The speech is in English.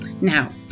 Now